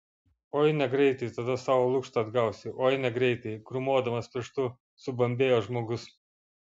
oi negreitai tada savo lukštą atgausi oi negreitai grūmodamas pirštu subambėjo žmogus